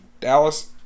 Dallas